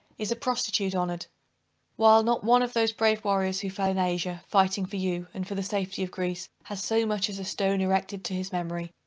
is a prostitute honored while not one of those brave warriors who fell in asia, fighting for you, and for the safety of greece, has so much as a stone erected to his memory,